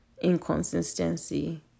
inconsistency